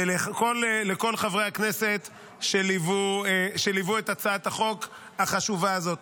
ולכל חברי הכנסת שליוו את הצעת החוק החשובה הזאת.